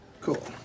Cool